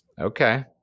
okay